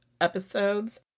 episodes